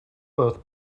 both